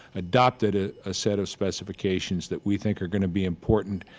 adopted a ah set of specifications that we think are going to be important.